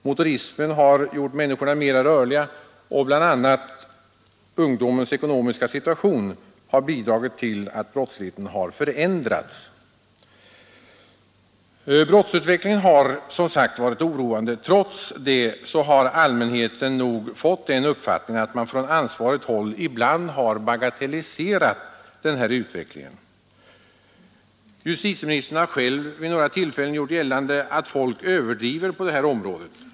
Motorismen har gjort människorna mera rörliga, och bl.a. ungdomens ekonomiska situation har bidragit till att brottsligheten har förändrats. Brottsutvecklingen har som sagt varit oroande. Trots detta har allmänheten nog fått den uppfattningen att man från ansvarigt håll ibland har bagatelliserat den utvecklingen. Justitieministern har själv vid några tillfällen gjort gällande att folk överdriver.